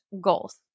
goals